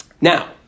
now